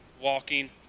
walking